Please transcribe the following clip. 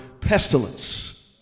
pestilence